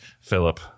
Philip